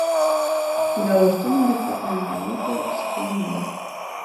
gal ir tu nori paaimanuot su kaimyne